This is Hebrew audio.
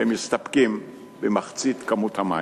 והם מסתפקים במחצית כמות המים.